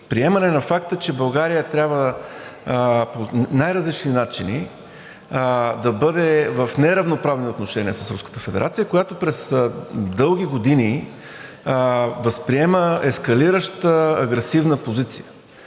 Приемане на факта, че България трябва по най-различни начини да бъде в неравноправни отношения с Руската федерация, която през дълги години възприема ескалираща, агресивна позиция